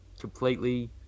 completely